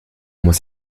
muss